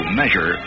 measure